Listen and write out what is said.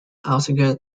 alsager